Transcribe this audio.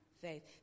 faith